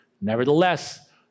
Nevertheless